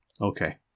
okay